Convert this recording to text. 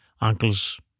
uncles